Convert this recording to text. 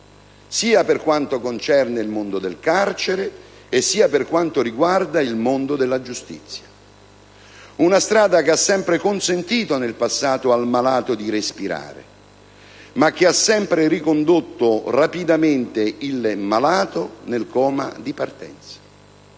sia per quanto concerne il mondo del carcere, sia per quanto riguarda il mondo della giustizia. Una strada che in passato ha sempre consentito al malato di respirare, ma che ha sempre rapidamente ricondotto il malato nel coma di partenza.